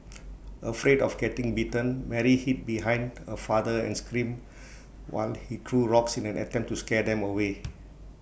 afraid of getting bitten Mary hid behind her father and screamed while he threw rocks in an attempt to scare them away